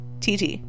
tt